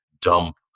dump